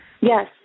Yes